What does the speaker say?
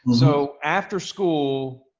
so, after school,